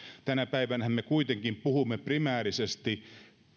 tänä päivänähän me kuitenkin puhumme primäärisesti